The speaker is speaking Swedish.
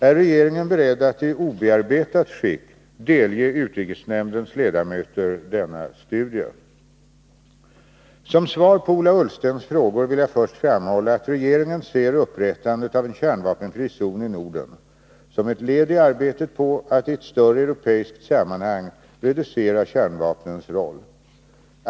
Är regeringen beredd att i obearbetat skick delge utrikesnämndens ledamöter denna studie? Som svar på Ola Ullstens frågor vill jag först framhålla att regeringen ser upprättandet av en kärnvapenfri zon i Norden som ett !ed i arbetet på att i ett större europeiskt sammanhang reducera kärnvapnens roll.